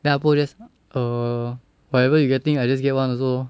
then ah bo just err whatever you getting I just get one also lor